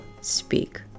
speak